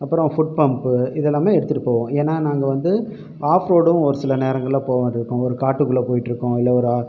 அப்புறம் foot pump இதெல்லாமே எடுத்துட்டு போவோம் ஏன்னால் நாங்கள் வந்து ஆஃப்ரோடும் ஒரு சில நேரங்களில் போகிற மாதிரி இருக்கும் ஒரு காட்டுக்குள்ளே போயிட்டு இருக்கோம் இல்லை ஒரு